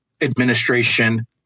administration